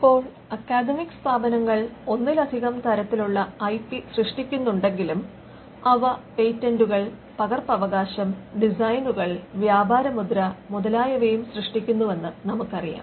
ഇപ്പോൾ അക്കാദമിക് സ്ഥാപനങ്ങൾ ഒന്നിലധികം തരത്തിലുള്ള ഐ പി സൃഷ്ടിക്കുന്നുണ്ടെങ്കിലും അവ പേറ്റന്റുകൾ പകർപ്പവകാശം ഡിസൈനുകൾ വ്യാപാരമുദ്ര മുതലായവയും സൃഷ്ടിക്കുന്നുവെന്ന് നമുക്കറിയാം